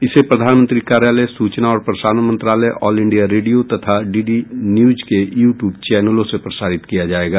इसे प्रधानमंत्री कार्यालय सूचना और प्रसारण मंत्रालय ऑल इंडिया रेडियो तथा डी डी न्यूज के यू ट्यूब चैनलों से प्रसारित किया जायेगा